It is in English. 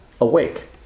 Awake